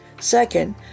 Second